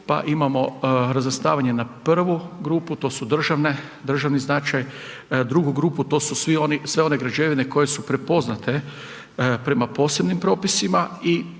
pa imamo razvrstavanje na prvu grupu, to su državni značaj, drugu grupu, to su sve one građevine koje su prepoznate prema posebnim propisima